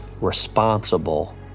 responsible